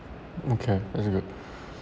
okay that's good